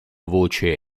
voce